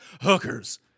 hookers